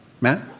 Matt